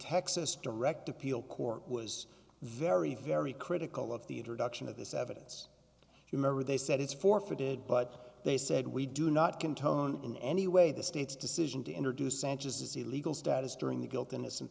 texas direct appeal court was very very critical of the introduction of this evidence remember they said it's forfeited but they said we do not can tone in any way the state's decision to introduce sanchez's illegal status during the guilt innocen